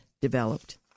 developed